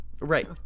Right